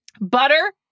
Butter